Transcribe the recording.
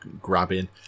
grabbing